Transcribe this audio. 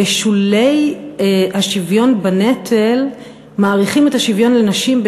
בשולי השוויון בנטל מאריכים את השוויון לנשים,